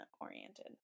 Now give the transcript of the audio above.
oriented